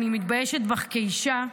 אני מתביישת בך כאישה.